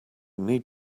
need